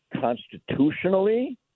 constitutionally